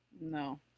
No